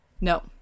No